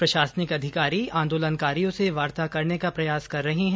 प्रशासनिक अधिकारी आंदोलनकारियों से वार्ता करने का प्रयास कर रहे हैं